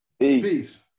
Peace